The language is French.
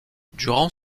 durant